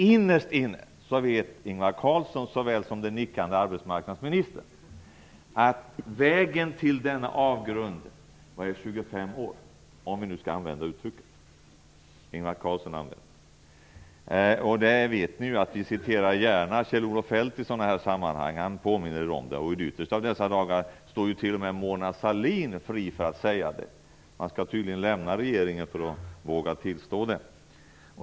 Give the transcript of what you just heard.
Innerst inne vet Ingvar Carlsson såväl som den nu nickande arbetsmarknadsministern att vägen till denna avgrund - om vi nu skall använda det uttrycket som Ingvar Carlsson använde - har beträtts i 25 år. Vi vet ju att ni gärna citerar Kjell-Olof Feldt i sådana här sammanhang. I ytterst av dessa dagar är t.o.m. Mona Sahlin fri att säga det. Man skall tydligen lämna regeringen för att våga tillstå det.